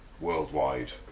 worldwide